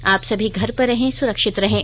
आप सभी घर पर रहें सुरक्षित रहें